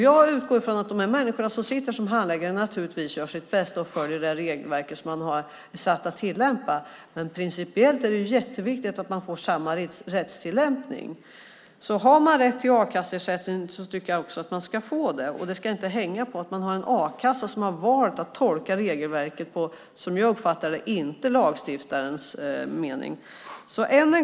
Jag utgår från att dessa handläggare naturligtvis gör sitt bästa och följer det regelverk de är satta att tillämpa, men principiellt är det viktigt att det blir samma rättstillämpning. Om man har rätt till a-kasseersättning tycker jag också att man ska få det. Det ska inte hänga på att a-kassan har valt att tolka regelverket på ett sätt som inte är lagstiftarens mening.